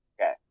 Okay